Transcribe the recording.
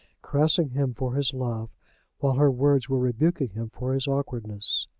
caressing him for his love while her words were rebuking him for his awkwardness.